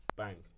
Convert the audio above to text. bang